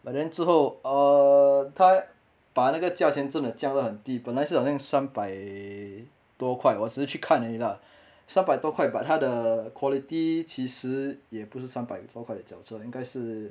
but then 之后 err 他把那个价钱真的降到很低本来是好像三百多块我只是去看而已啦三百多块 but 他的 quality 其实也不是三百多块的脚车应该是